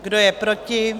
Kdo je proti?